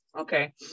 okay